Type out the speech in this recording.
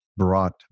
brought